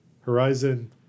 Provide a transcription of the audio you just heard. Horizon